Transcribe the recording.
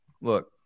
Look